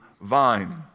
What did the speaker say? vine